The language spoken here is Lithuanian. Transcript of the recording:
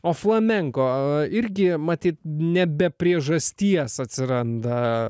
o flamenko a irgi matyt ne be priežasties atsiranda